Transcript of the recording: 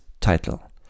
title